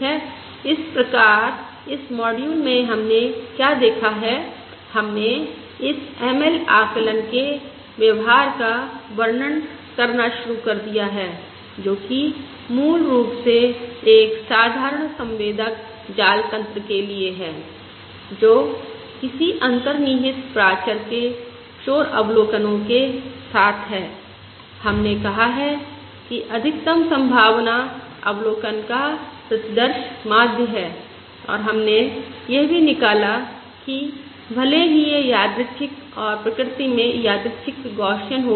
इस प्रकार इस मॉड्यूल में हमने क्या देखा है हमने इस ML आकलन के व्यवहार का वर्णन करना शुरू कर दिया है जो कि मूल रूप से एक साधारण संवेदक जाल तंत्र के लिए है जो किसी अंतर्निहित प्राचर के शोर अवलोकनो के साथ है हमने कहा है कि अधिकतम संभावना आकलन अवलोकन का प्रतिदर्श माध्य है और हमने यह भी निकाला कि भले ही यह यादृच्छिक और प्रकृति में यादृच्छिक गौसियन हो